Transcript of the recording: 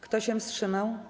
Kto się wstrzymał?